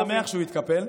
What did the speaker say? אני שמח שהוא התקפל,